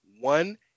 one